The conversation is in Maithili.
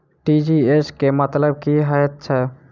टी.जी.एस केँ मतलब की हएत छै?